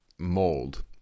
mold